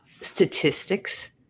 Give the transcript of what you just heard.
statistics